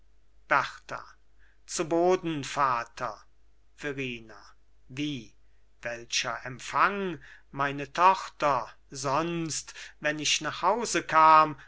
berta zu boden vater verrina wie welcher empfang meine tochter sonst wenn ich nach hause kam